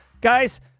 guys